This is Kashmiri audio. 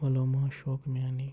ولو معشوقہٕ میانے